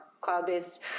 cloud-based